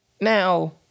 Now